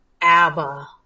Abba